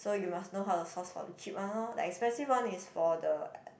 so you must know how to source for the cheap one lor the expensive one is for the